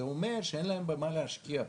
זה אומר שאין להם במה להשקיע פה.